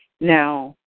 Now